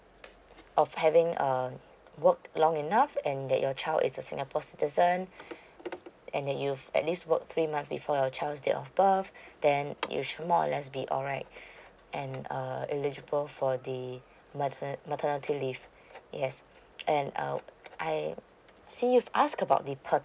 of having um work long enough and that your child is a singapore citizen and then you've at least work three months before your child's date of birth then you should more or less be alright and uh eligible for the mater~ maternity leave yes and um I see if ask about the